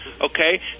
Okay